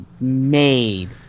made